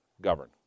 govern